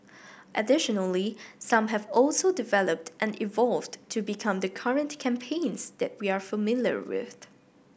additionally some have also developed and evolved to become the current campaigns that we are familiar with